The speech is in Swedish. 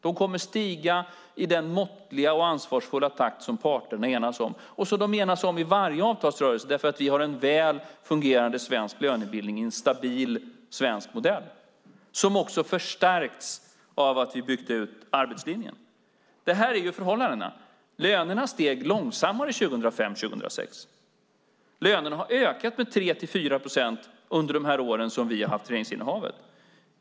De kommer att stiga i den måttliga och ansvarsfulla takt som parterna enas om och som de enas om i varje avtalsrörelse, eftersom vi har en väl fungerande svensk lönebildning i en stabil svensk modell som också förstärkts av att vi byggt ut arbetslinjen. Det här är förhållandena. Lönerna steg långsammare 2005 och 2006. Lönerna har ökat med 3-4 procent under de år som vi har haft regeringsmakten.